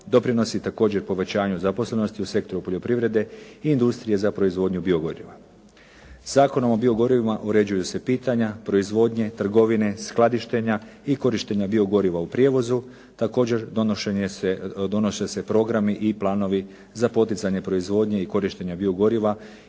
Doprinos je također povećanju zaposlenosti u sektoru poljoprivrede i industrije za proizvodnju biogoriva. Zakonom o biogorivima uređuju se pitanja proizvodnje, trgovine, skladištenja i korištenja biogoriva u prijevoza. Također donose se programi i planovi za poticanje proizvodnje i korištenja biogoriva